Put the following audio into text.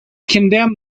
condemned